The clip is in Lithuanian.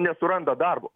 nesuranda darbo